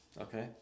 Okay